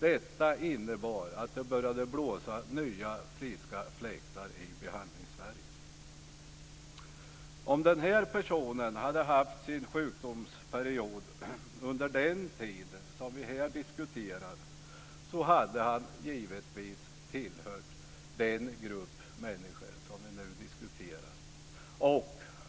Detta innebar att det började blåsa nya friska fläktar i Om den här personen hade haft sin sjukdomsperiod under den tid som vi här diskuterar, hade han givetvis tillhört den grupp människor som utsatts för detta.